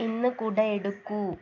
ഇന്ന് കുട എടുക്കൂ